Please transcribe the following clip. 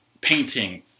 painting